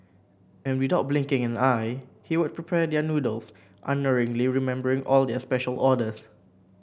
and without blinking an eye he would prepare their noodles unerringly remembering all their special orders